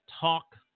talk